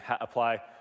apply